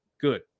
good